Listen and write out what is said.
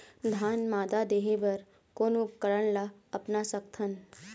धान मादा देहे बर कोन उपकरण ला अपना सकथन?